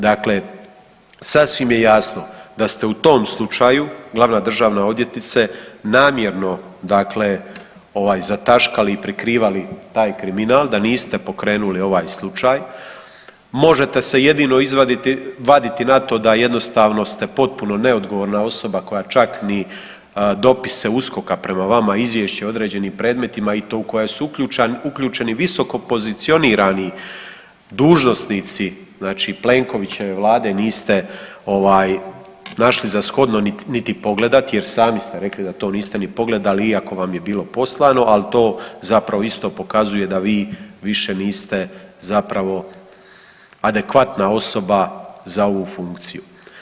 Dakle, sasvim je jasno da ste u tom slučaju glavna državna odvjetnice namjerno zataškali i prikrivali taj kriminal, da niste pokrenuli ovaj slučaj, možete se jedino vaditi na to da jednostavno ste potpuno neodgovorna osoba koja čak ni dopise USKOK-a prema vama izvješće o određenim predmetima i to u koje su uključeni visokopozicionirani dužnosnici Plenkovićeve Vlade niste našli za shodno niti pogledate jer sami ste rekli da to niste ni pogledali iako vam je bilo poslano, ali to zapravo isto pokazuje da vi više niste adekvatna osoba za ovu funkciju.